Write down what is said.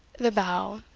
the bow,